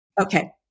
okay